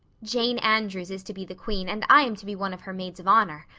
jane andrews is to be the queen and i am to be one of her maids of honor.